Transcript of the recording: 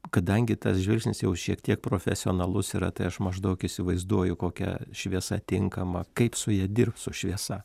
kadangi tas žvilgsnis jau šiek tiek profesionalus yra tai aš maždaug įsivaizduoju kokia šviesa tinkama kaip su ja dirbt su šviesa